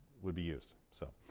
would be used, so.